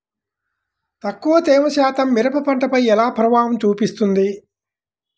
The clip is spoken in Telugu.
తక్కువ తేమ శాతం మిరప పంటపై ఎలా ప్రభావం చూపిస్తుంది?